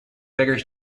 figures